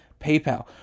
paypal